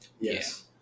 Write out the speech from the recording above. Yes